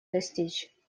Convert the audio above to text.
достичь